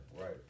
right